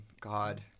God